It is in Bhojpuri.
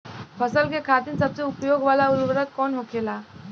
फसल के खातिन सबसे उपयोग वाला उर्वरक कवन होखेला?